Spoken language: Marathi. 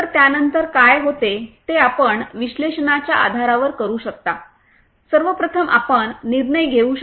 तर त्यानंतर काय होते ते आपण विश्लेषणाच्या आधारावर करू शकता सर्व प्रथम आपण निर्णय घेऊ शकता